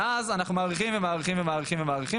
מאז אנחנו מאריכים ומאריכים ומאריכים ומאריכים,